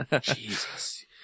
Jesus